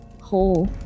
hole